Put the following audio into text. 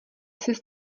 sis